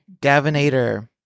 Gavinator